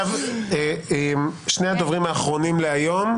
שני הדוברים האחרונים להיום.